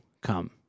come